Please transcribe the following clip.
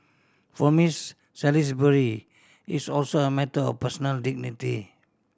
for Miss Salisbury it's also a matter or personal dignity